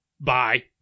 bye